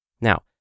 Now